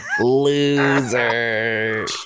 Loser